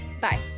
Bye